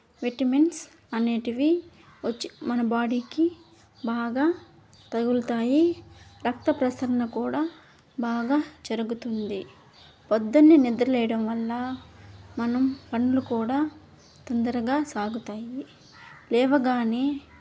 vitamins అనేటివి వచ్చి మన బాడీకి బాగా తగులుతాయి రక్త ప్రసరణ కూడా బాగా జరుగుతుంది పొద్దున్నే నిద్ర లేయడం వల్ల మనం పనులు కూడా తొందరగా సాగుతాయి లేవగానే